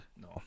No